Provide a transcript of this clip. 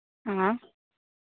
हाँ